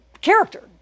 character